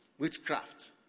Witchcraft